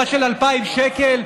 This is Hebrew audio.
מקצבה של 2,000 שקל?